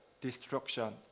destruction